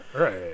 Right